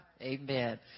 Amen